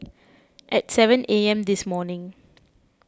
at seven A M this morning